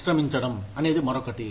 నిష్క్రమించడం అనేది మరొకటి